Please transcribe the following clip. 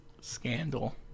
Scandal